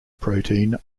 protein